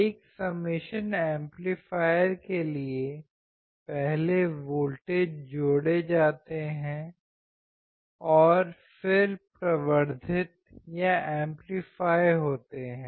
एक सम्मेशन एम्पलीफायर के लिए पहले वोल्टेज जोड़े जाते हैं और फिर प्रवर्धित होते हैं